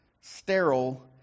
sterile